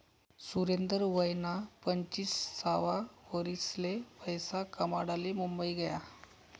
सुरेंदर वयना पंचवीससावा वरीसले पैसा कमाडाले मुंबई गया